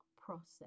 process